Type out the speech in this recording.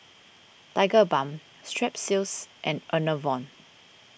Tigerbalm Strepsils and Enervon